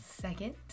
Second